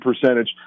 percentage